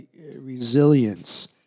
resilience